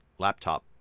laptop